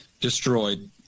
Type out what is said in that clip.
destroyed